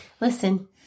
Listen